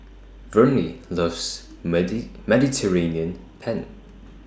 Verne loves Mediterranean Penne